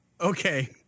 Okay